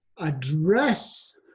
address